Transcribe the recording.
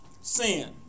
sin